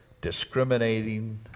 discriminating